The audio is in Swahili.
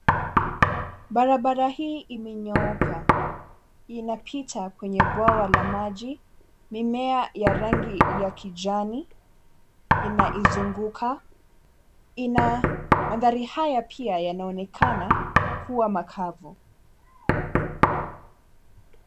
Barabara hii imenyooka, inapita kwenye bawa la maji mimea ya rangi ya kijani inaizunguka. Mandhari haya pia yanaoneka kuwa makavu.